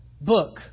book